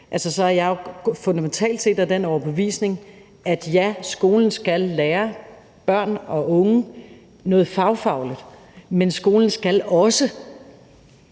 Der er jeg fundamentalt set af den overbevisning, at ja, skolen skal lære børn og unge noget fagfagligt, men skolen skal også